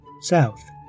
south